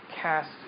cast